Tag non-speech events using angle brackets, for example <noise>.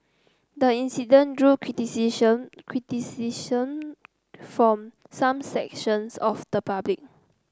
the incident drew <unintelligible> <unintelligible> from some sections of the public